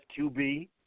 QB